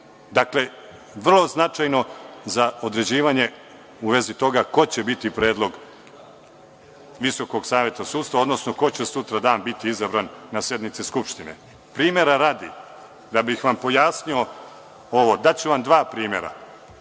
Dakle, vrlo značajno za određivanje u vezi toga ko će biti predlog VSS, odnosno ko će sutradan biti izabran na sednici Skupštine. Primera radi, da bih vam pojasnio ovo da ću vam dva primera.